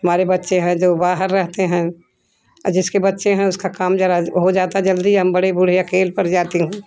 हमारे बच्चे हैं जो बाहर रहते हैं जिसके बच्चे हैं उसका काम ज़रा हो जाता जल्दी हम बड़े बूढ़े अकेले पड़ जाते हैं